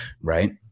right